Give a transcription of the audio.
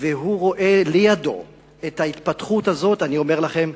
והוא רואה לידו את ההתפתחות הזאת, אני אומר לכם: